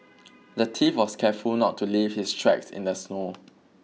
the thief was careful not to leave his tracks in the snow